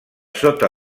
sota